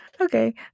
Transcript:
Okay